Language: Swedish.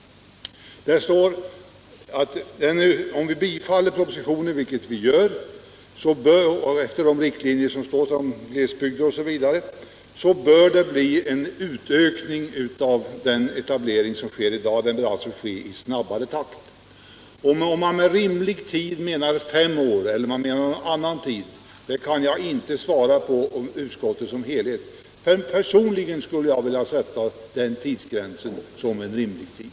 Det står att om vi biträder propositionen — vilket vi gör — när det gäller riktlinjerna i fråga om glesbygder osv., så bör det bli en utökning av den etablering som sker i dag. Etableringen bör alltså ske i snabbare takt. Om man med rimlig tid menar fem år eller någon annan tid kan jag inte svara på för utskottet som helhet, men personligen skulle jag vilja ange gränsen fem år som en rimlig tid.